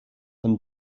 and